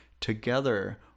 together